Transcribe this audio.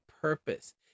purpose